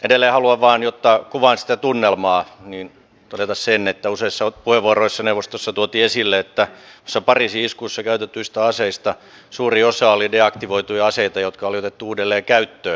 edelleen haluan jotta kuvaan sitä tunnelmaa vain todeta sen että useissa puheenvuoroissa neuvostossa tuotiin esille että pariisin iskussa käytetyistä aseista suuri osa oli deaktivoituja aseita jotka oli otettu uudelleen käyttöön